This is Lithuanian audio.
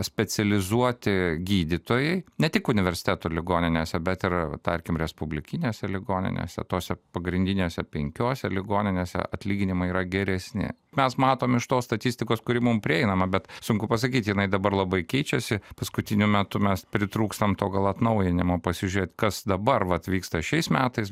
specializuoti gydytojai ne tik universiteto ligoninėse bet ir tarkim respublikinėse ligoninėse tose pagrindinėse penkiose ligoninėse atlyginimai yra geresni mes matom iš tos statistikos kuri mum prieinama bet sunku pasakyt jinai dabar labai keičiasi paskutiniu metu mes pritrūkstam to gal atnaujinimo pasižiūrėt kas dabar vat atvyksta šiais metais